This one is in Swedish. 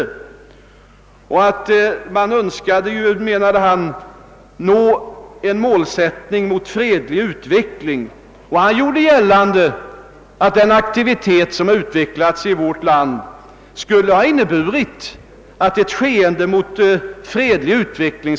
Enligt hans uppfattning borde målsättningen vara att få till stånd en fredlig utveckling, men han gjorde gällande att den aktivitet som utvecklats i Sverige skulle ha inneburit att utvecklingen mot fred gått om intet.